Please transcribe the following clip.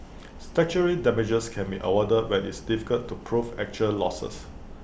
statutory damages can be awarded when is difficult to prove actual losses